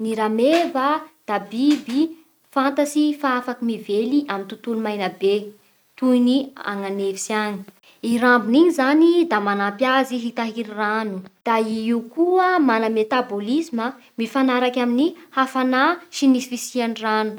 Ny rameva da biby fantatsy fa afaky mively amin'ny tontolo maigna be toy ny agny agnefitsy agny. i rambony igny zany da manampy azy hitahiry rano. Da i io koa mana metabôlisma mifagnaraky amin'ny hafanà sy ny fisian'ny rano.